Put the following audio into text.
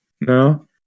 No